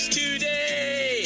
today